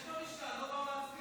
יש במשכן, לא באו להצביע.